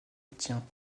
obtient